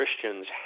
Christians